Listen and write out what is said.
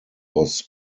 was